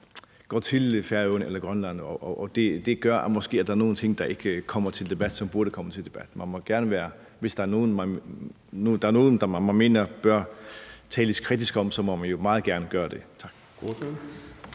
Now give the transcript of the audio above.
gå til Færøerne eller Grønland. Det gør, at der måske er nogle ting, der ikke kommer til debat, som burde komme til debat. Hvis der er noget, man mener der bør tales kritisk om, må vi jo meget gerne gøre det. Tak.